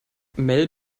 mel